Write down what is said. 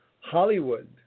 Hollywood